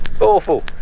awful